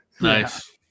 Nice